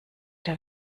der